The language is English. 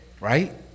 Right